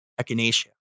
Echinacea